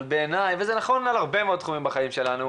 זה נכון להרבה תחומים בחיים שלנו,